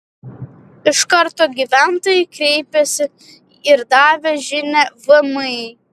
iš karto gyventojai kreipėsi ir davė žinią vmi